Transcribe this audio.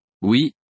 Oui